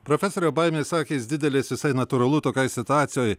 profesoriau baimės akys didelės visai natūralu tokiai situacijoj